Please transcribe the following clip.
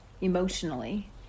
emotionally